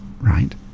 right